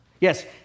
Yes